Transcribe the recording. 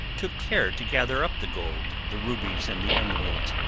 took care to gather up the gold, the rubies, and the emeralds.